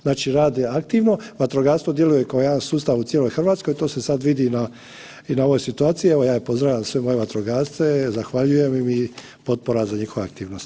Znači rade aktivno, vatrogastvo djeluje kao jedan sustav u cijeloj Hrvatskoj, to se sad vidi i na ovoj situaciji, evo, ja je pozdravljam sve moje vatrogasce, zahvaljujem im i potpora za njihove aktivnosti.